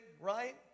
Right